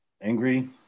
angry